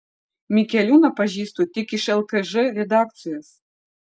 mikeliūną pažįstu tik iš lkž redakcijos